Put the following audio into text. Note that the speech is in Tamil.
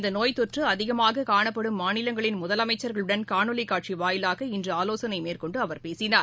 இந்தநோய் தொற்றுஅதிகமாககாணப்படும் மாநிலங்களின் முதலமைச்சர்களுடன் காணாலிக் காட்சிவாயிலாக இன்றுஆலோசனைமேற்கொண்டுஅவர் பேசினார்